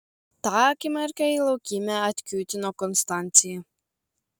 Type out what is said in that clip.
tą akimirką į laukymę atkiūtino konstancija